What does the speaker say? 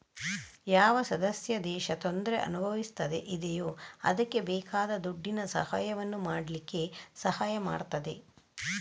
ಯಾವ ಸದಸ್ಯ ದೇಶ ತೊಂದ್ರೆ ಅನುಭವಿಸ್ತಾ ಇದೆಯೋ ಅದ್ಕೆ ಬೇಕಾದ ದುಡ್ಡಿನ ಸಹಾಯವನ್ನು ಮಾಡ್ಲಿಕ್ಕೆ ಸಹಾಯ ಮಾಡ್ತದೆ